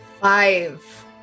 Five